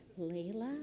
Layla